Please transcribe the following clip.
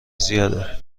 زیاده